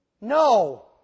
No